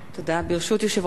ברשות יושב-ראש הישיבה,